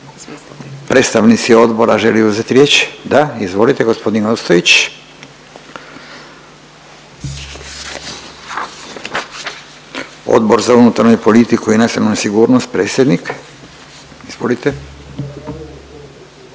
Predstavnici odbora žele uzeti riječ? Da, izvolite gospodin Ostojić, Odbor za unutarnju politiku i nacionalnu sigurnost predsjednik. Izvolite.